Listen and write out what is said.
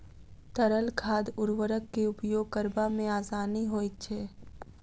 तरल खाद उर्वरक के उपयोग करबा मे आसानी होइत छै